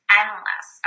endless